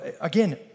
Again